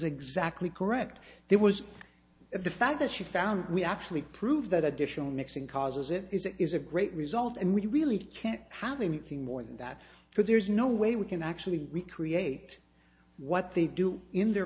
exactly correct there was the fact that she found we actually prove that additional mixing causes it is it is a great result and we really can't have anything more than that but there's no way we can actually recreate what they do in their